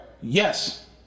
Yes